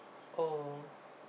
oh